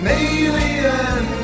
alien